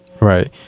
Right